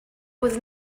was